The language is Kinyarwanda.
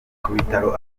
ikubitiro